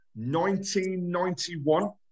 1991